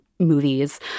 Movies